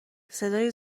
صدای